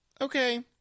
okay